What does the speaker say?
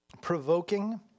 provoking